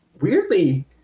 weirdly